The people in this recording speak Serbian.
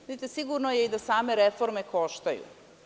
Sigurno je i da same reforme koštaju.